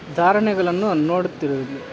ಧಾರಣೆಗಳನ್ನು ನೋಡುತ್ತಿರುವುದು